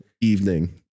evening